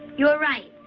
you're right.